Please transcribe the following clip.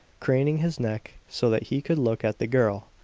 craning his neck so that he could look at the girl.